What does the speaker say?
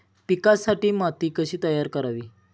पिकांसाठी माती कशी तयार करावी?